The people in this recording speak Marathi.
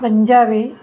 पंजाबी